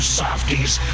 softies